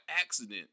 accident